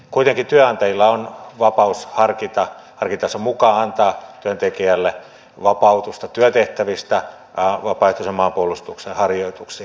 kuitenkin työnantajilla on vapaus harkintansa mukaan antaa työntekijälle vapautusta työtehtävistä vapaaehtoisen maanpuolustuksen harjoituksiin